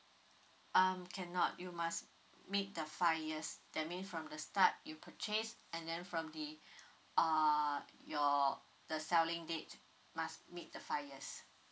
um cannot you must meet the five years that means from the start you purchase and then from the uh your the selling date must meet the five years